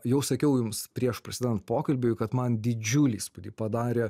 jau sakiau jums prieš prasidedant pokalbiui kad man didžiulį įspūdį padarė